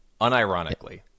unironically